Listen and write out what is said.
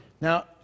Now